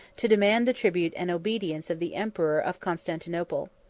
to demand the tribute and obedience of the emperor of constantinople.